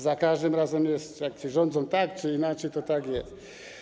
Za każdym razem jest tak: jak rządzą tak czy inaczej, to tak jest.